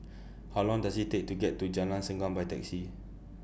How Long Does IT Take to get to Jalan Segam By Taxi